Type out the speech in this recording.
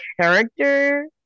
character